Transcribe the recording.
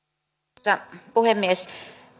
arvoisa puhemies